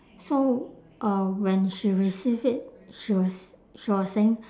so uh when she received it she was she was saying